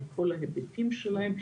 על כל ההיבטים שלהם,